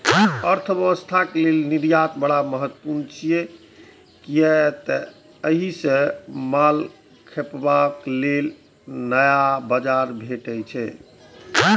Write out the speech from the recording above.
अर्थव्यवस्था लेल निर्यात बड़ महत्वपूर्ण छै, कियै तं ओइ सं माल खपाबे लेल नया बाजार भेटै छै